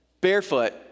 barefoot